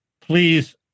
please